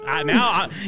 now